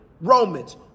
Romans